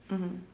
mmhmm